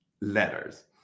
letters